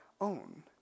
own